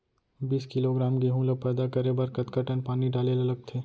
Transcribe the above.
बीस किलोग्राम गेहूँ ल पैदा करे बर कतका टन पानी डाले ल लगथे?